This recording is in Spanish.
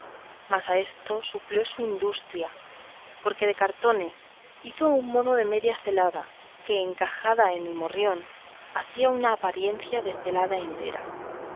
mas a esto suplió su industria porque de cartones hizo un modo de media celada que encajada con el morrión hacían una apariencia de celada entera